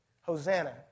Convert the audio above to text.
Hosanna